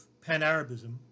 Pan-Arabism